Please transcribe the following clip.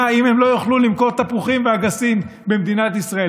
אם הם לא יוכלו למכור תפוחים ואגסים במדינת ישראל?